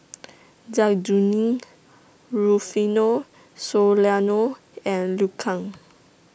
Zai Kuning Rufino Soliano and Liu Kang